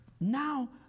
now